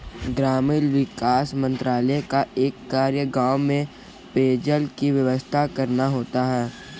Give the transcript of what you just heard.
ग्रामीण विकास मंत्रालय का एक कार्य गांव में पेयजल की व्यवस्था करना होता है